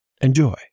Enjoy